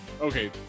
okay